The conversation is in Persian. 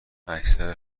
اکثر